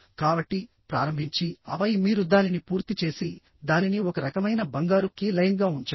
కాబట్టి ప్రారంభించి ఆపై మీరు దానిని పూర్తి చేసి దానిని ఒక రకమైన బంగారు కీ లైన్గా ఉంచండి